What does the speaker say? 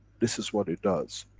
this is what it does.